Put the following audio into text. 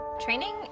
Training